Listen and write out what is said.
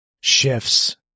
shifts